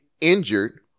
injured